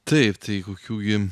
taip tai kokių gi